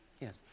Yes